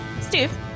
Steve